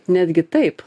netgi taip